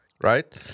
Right